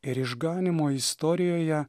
ir išganymo istorijoje